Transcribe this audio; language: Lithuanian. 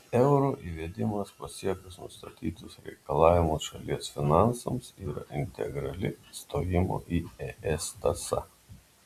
euro įvedimas pasiekus nustatytus reikalavimus šalies finansams yra integrali stojimo į es tąsa